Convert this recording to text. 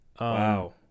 Wow